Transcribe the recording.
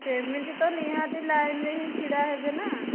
ସେମିତି ତ ନିହାତି ଲାଇନ୍ରେ ହିଁ ଛିଡ଼ା ହେବେନା